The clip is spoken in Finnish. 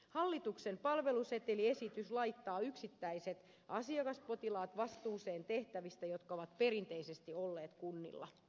hallituksen palveluseteliesitys laittaa yksittäiset asiakas potilaat vastuuseen tehtävistä jotka ovat perinteisesti olleet kunnilla